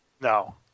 No